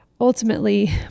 ultimately